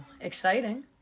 exciting